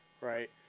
right